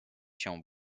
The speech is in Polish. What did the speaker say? się